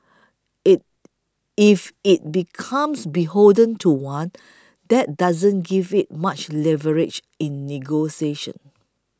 if it becomes beholden to one that doesn't give it much leverage in negotiations